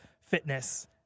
fitness